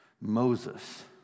Moses